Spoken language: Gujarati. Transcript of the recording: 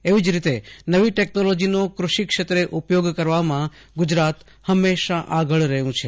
એવી જ રીતે નવી ટેકનોલોજીનો કૃષિ ક્ષેત્રે ઉપયોગ કરવામાં ગુજરાત હંમેશા આગળ રહ્યું છે